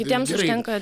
kitiem tenka